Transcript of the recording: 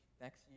next